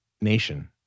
nation